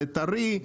זה טרי,